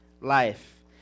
Life